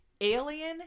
Alien